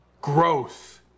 Growth